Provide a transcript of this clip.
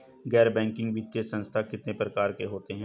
गैर बैंकिंग वित्तीय संस्थान कितने प्रकार के होते हैं?